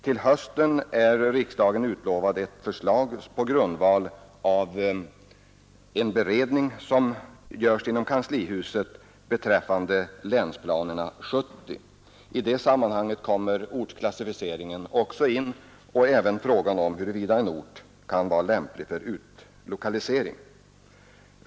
Vidare är utlovat ett förslag till hösten om en riksplan som utarbetas på grundval av en beredning, som görs inom kanslihuset, beträffande Länsplan 70. I det sammanhanget kommer ortsklassificeringen också in och även frågan om huruvida en ort kan vara lämplig för utlokalisering.